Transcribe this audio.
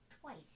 twice